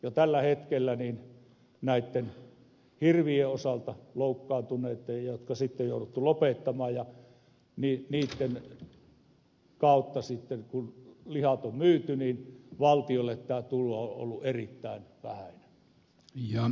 jo tällä hetkellä näitten loukkaantuneitten hirvien osalta jotka sitten on jouduttu lopettamaan ja niiden lihat sitten on myyty valtiolle tämä tulo on ollut erittäin vähäinen